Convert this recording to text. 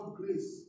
grace